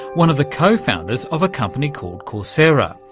one of the co-founders of a company called coursera.